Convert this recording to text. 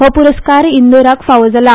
हो प्रस्कार इंदोराक फावो जाला